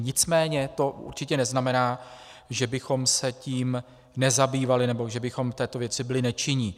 Nicméně to určitě neznamená, že bychom se tím nezabývali nebo že bychom v této věci byli nečinní.